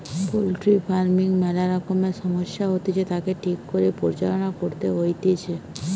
poultry farming ম্যালা রকমের সমস্যা হতিছে, তাকে ঠিক করে পরিচালনা করতে হইতিছে